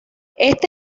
este